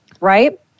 right